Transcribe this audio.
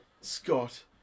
Scott